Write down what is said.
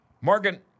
Morgan